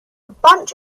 bunch